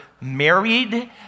married